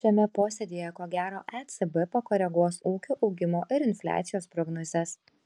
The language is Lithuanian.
šiame posėdyje ko gero ecb pakoreguos ūkio augimo ir infliacijos prognozes